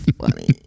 funny